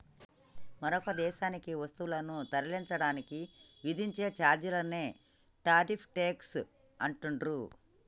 మరొక దేశానికి వస్తువులను తరలించడానికి విధించే ఛార్జీలనే టారిఫ్ ట్యేక్స్ అంటుండ్రు